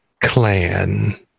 clan